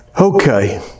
Okay